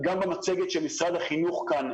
גם במצגת של משרד החינוך כפי שהועלתה כאן,